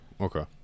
Okay